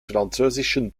französischen